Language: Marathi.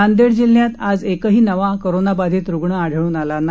नाईईईजिल्ह्यात आज एकही नवा कोरोनाबाधित रुग्ण आढळून आला नाही